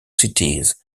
cities